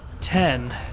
Ten